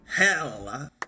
Hell